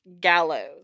gallows